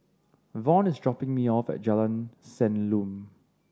Vaughn is dropping me off at Jalan Senyum